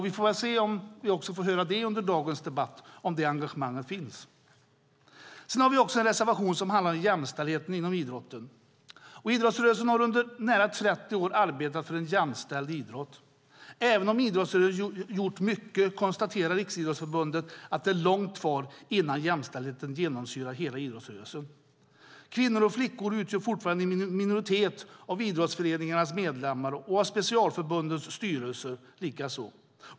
Vi får väl höra under dagens debatt om det engagemanget finns. Sedan har vi en reservation som handlar om jämställdheten inom idrotten. Idrottsrörelsen har under nära 30 år arbetat för en jämställd idrott. Även om idrottsrörelsen gjort mycket konstaterar Riksidrottsförbundet att det är långt kvar innan jämställdheten genomsyrar hela idrottsrörelsen. Kvinnor och flickor utgör fortfarande en minoritet av idrottsföreningarnas medlemmar och av specialförbundens styrelser likaså.